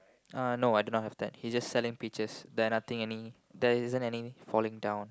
uh no I do not have that he's just selling peaches there nothing any there isn't any falling down